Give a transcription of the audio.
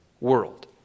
world